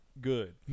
good